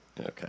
Okay